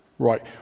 Right